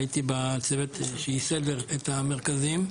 הייתי בצוות שייסד את המרכזים.